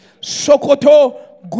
Sokoto